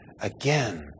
again